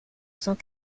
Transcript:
cent